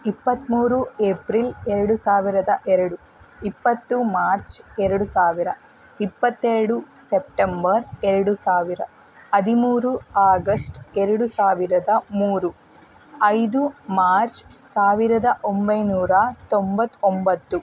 ಇಪ್ಪತ್ತ್ಮೂರು ಏಪ್ರಿಲ್ ಎರಡು ಸಾವಿರದ ಎರಡು ಇಪ್ಪತ್ತು ಮಾರ್ಚ್ ಎರಡು ಸಾವಿರ ಇಪ್ಪತ್ತೆರಡು ಸೆಪ್ಟೆಂಬರ್ ಎರಡು ಸಾವಿರ ಹದಿಮೂರು ಆಗಸ್ಟ್ ಎರಡು ಸಾವಿರದ ಮೂರು ಐದು ಮಾರ್ಚ್ ಸಾವಿರದ ಒಂಬೈನೂರ ತೊಂಬತ್ತೊಂಬತ್ತು